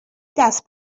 دست